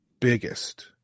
biggest